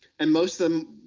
and most of them,